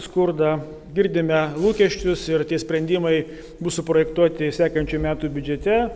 skurdą girdime lūkesčius ir tie sprendimai bus suprojektuoti sekančių metų biudžete